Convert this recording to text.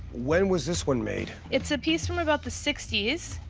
when was this one made? it's a piece from about the sixty s.